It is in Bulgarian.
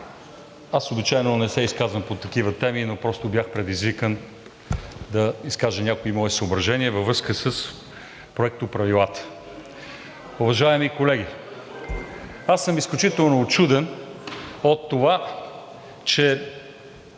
Аз обичайно не се изказвам по такива теми, но просто бях предизвикан да изкажа някои мои съображения във връзка с Проектоправилата. Уважаеми колеги! Аз съм изключително учуден от това, че